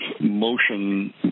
motion